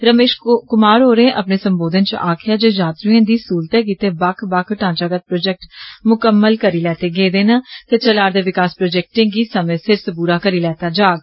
रमेष कुमार होरें अपने संबोधन च आक्खेआ जे यात्रुएं दी सहूलतें गित्तै बक्ख बक्ख ढ़ांचागत प्रौजेक्ट मुकम्मल करी लैते गेदे न ते चला'रदे विकास प्रौजेक्टे गी समय सिर सबूरा करी लैता जाग